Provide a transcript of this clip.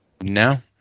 No